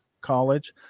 College